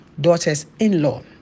daughters-in-law